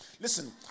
Listen